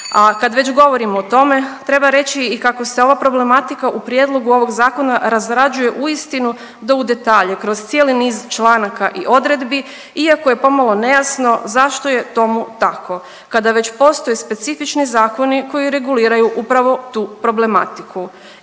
A kad već govorimo o tome treba reći i kako se ova problematika u prijedlogu ovog zakona razrađuje uistinu do u detalje kroz cijeli niz članaka i odredbi iako je pomalo nejasno zašto je tomu tako kada već postoje specifični zakoni koji reguliraju upravo tu problematiku